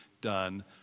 done